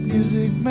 Music